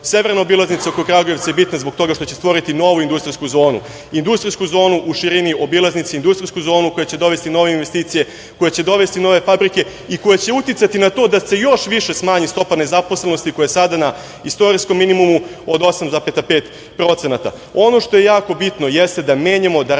Severna obilaznica oko Kragujevca je bitna zbog toga što će stvoriti novu industrijsku zonu, industrijsku zonu u širini obilaznice, industrijsku zonu koja će dovesti nove investicije, koja će dovesti nove investicije, koja će dovesti nove fabrike i koje će uticati na to da se još više smanji stopa nezaposlenosti, koja je sada na istorijskom minimumu od 8,5%.Ono što je jako bitno jeste da menjamo, da razvijamo